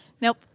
nope